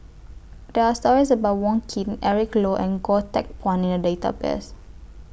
There Are stories about Wong Keen Eric Low and Goh Teck Phuan in The Database